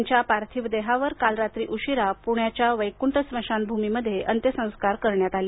त्यांच्या पार्थिव देहावर काल रात्री उशिरा पुण्याच्या वैकुंठ स्मशानभूमीमध्ये अंत्यसंस्कार करण्यात आले